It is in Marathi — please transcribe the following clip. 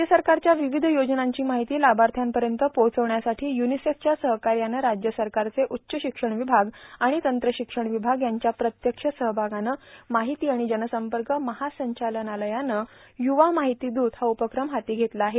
राज्य सरकारच्या विविध योजनांची माहिती लाभार्थ्यापर्यंत पोहोचविण्यासाठी य्रनिसेफच्या सहकार्यानं राज्य सरकारचे उच्च शिक्षण विभाग आणि तंत्र शिक्षण विभाग यांच्या प्रत्यक्ष सहभागानं माहिती आणि जनसंपर्क महासंचालनालयानं युवा माहिती द्रूत हा उपक्रम हाती घेतला आहे